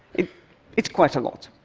it's quite a lot.